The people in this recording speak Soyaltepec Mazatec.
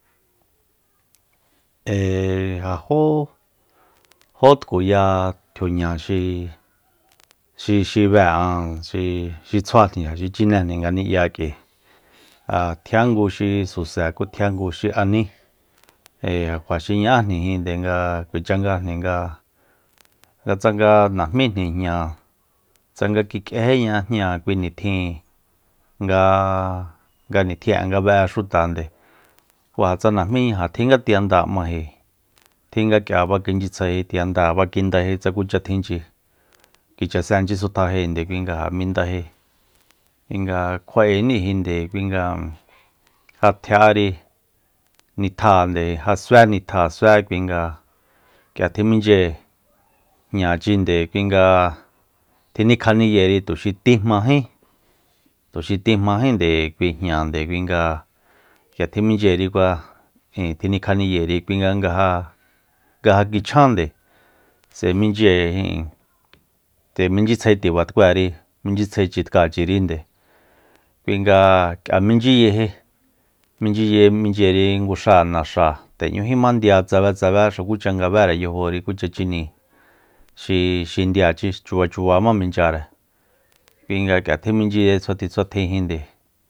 Ee ja jó-jó tkuya tjiuñaxi xi- xi xi be'an xi tsjuajni xi chinejni ngani'ya k'ui ja tjian ngu xi suse ku tjian ngu xi aní ee ja kjua xi ña'ájnijíinde nga kuacha ngajni nga- nga tsanga najmíjni jña tsanga kik'éjíña jña kui nitjin ngaa nitjin'e nga be'e xutande kú ja tsa najmíña ja tjín nga tiendáa m'maiji tjin nga k'ia fakinchyitsjaeji tiendáa fakindaeji tsa kucha tjinchi kichaséenchi tsutjajénde kui nga ja mindaeji kui nga kjua'éníji kui nga ja tji'ári nitjáajande ja sué nitja ja sué kui nga k'ia tjiminchyeji jñachinde kui nga tjinikjaniyéri tuxi tijmají tuxi tíjmajínde kui jñande kui nga tjiminchyerikua ijin tjinikjaniyéri kuinga nga ja nga ja kichjande s'ae michye ijin nde michyitsjae tiba tkuéeri minchyitsjae chitkáachirinde kui nga k'ia minchyiyeji minchyiye minchye nguxáa naxa nde n'ñújíma ndia tsabé tsabé xukúcha nga bére yajóori kucha chiníi xi- xi ndiachi chuba chuba má minchyare kui nga k'ia tjiminchyiye tsjuatin tsjuatjinde